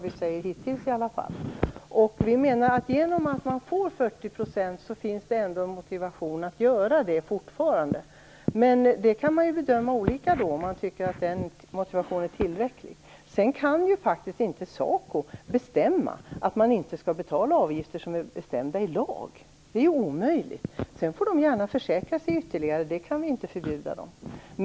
Vi menar att det fortfarande finns en motivation att göra det när man får 40 %. Man kan bedöma det olika, om man tycker att den motivationen är tillräcklig. Sedan kan ju faktiskt inte SACO bestämma att man inte skall betala avgifter som är fastställda i lag; det är ju omöjligt. Man får gärna försäkra sig ytterligare. Det kan vi inte förbjuda någon.